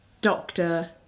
doctor